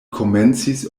komencis